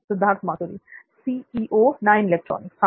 सिद्धार्थ मातुरी हां